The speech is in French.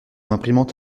imprimante